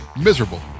Miserable